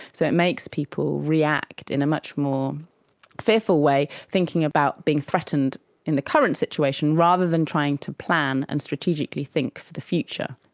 so it makes people react in a much more fearful way, thinking about being threatened in the current situation rather than trying to plan and strategically think for the future.